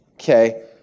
Okay